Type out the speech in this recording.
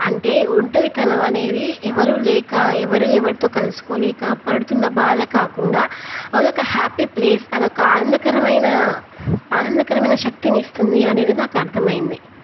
అంటే ఒంటరితనం అనేది ఎవరూ లేక ఎవర ఎవరితో కలుసుకోలేక పడుతున్న బాధ కాకుండా అదొక హ్యాపీ ప్లేస్ అదొక ఆనందకరమైన ఆనందకరమైన శక్తినిస్తుంది అనేది నాకు అర్థమైంది